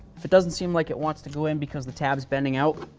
if it doesn't seem like it wants to go in because the tab is bending out,